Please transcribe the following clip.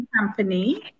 company